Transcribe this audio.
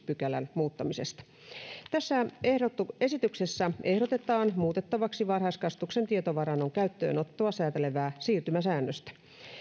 pykälän muuttamisesta tässä esityksessä ehdotetaan muutettavaksi varhaiskasvatuksen tietovarannon käyttöönottoa säätelevää siirtymäsäännöstä